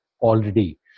already